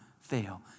fail